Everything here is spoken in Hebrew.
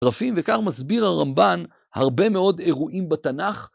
...בעיקר מסביר הרמב"ן הרבה מאוד אירועים בתנ״ך.